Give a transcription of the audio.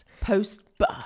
Post-birth